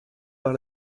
par